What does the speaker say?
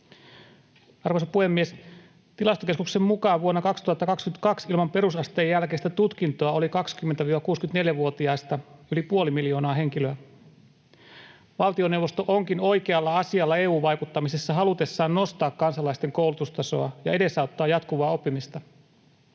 Arvoisa puhemies! Tilastokeskuksen mukaan vuonna 2022 ilman perusasteen jälkeistä tutkintoa oli 20—64-vuotiaista yli puoli miljoonaa henkilöä. Valtioneuvosto onkin oikealla asialla EU-vaikuttamisessa halutessaan nostaa kansalaisten koulutustasoa ja edesauttaa jatkuvaa oppimista.